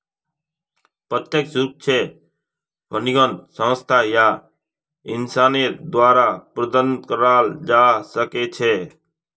प्रत्यक्ष रूप स फंडिंगक संस्था या इंसानेर द्वारे प्रदत्त कराल जबा सख छेक